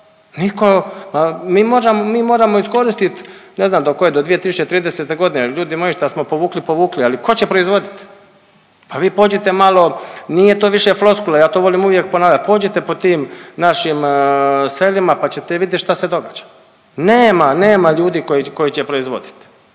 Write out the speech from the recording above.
mi moramo iskoristiti ne znam do koje, do 2030. godine jer ljudi moji šta smo povukli, povukli ali tko će proizvoditi? Pa vi pođite malo, nije to više floskula. Ja to volim uvijek ponavljati. Pođite po tim našim selima, pa ćete vidjeti šta se događa. Nema, nema ljudi koji će proizvoditi.